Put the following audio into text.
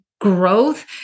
growth